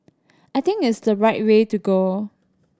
I think it's the right way to go